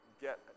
get